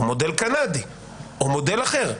מודל קנדי או מודל אחר.